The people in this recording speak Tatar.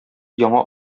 яңа